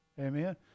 Amen